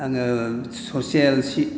आङो ससियेल